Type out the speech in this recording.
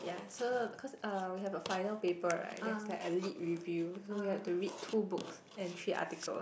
ya so cause uh we have a final paper right there's like a lit review so we had to read two books and three articles